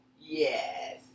yes